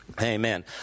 amen